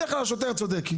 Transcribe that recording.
בדרך כלל השוטר צודק.